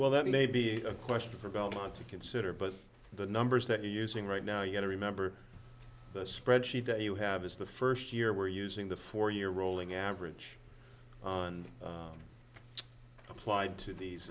well that may be a question for belmont to consider but the numbers that we're using right now you know remember the spreadsheet that you have is the first year we're using the four year rolling average on applied to these